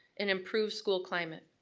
and improved school climate.